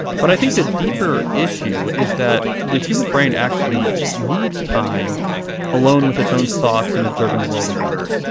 but i think the deeper issue is that the human brain actually needs time alone with its own thoughts and observing the world around it.